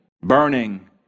burning